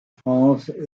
france